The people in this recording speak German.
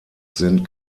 sind